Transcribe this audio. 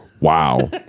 wow